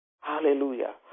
Hallelujah